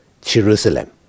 Jerusalem